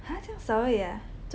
!huh! 这样少而已啊